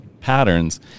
patterns